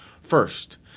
First